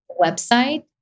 website